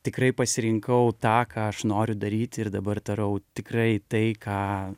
tikrai pasirinkau tą ką aš noriu daryti ir dabar darau tikrai tai ką